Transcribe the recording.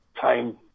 time